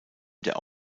der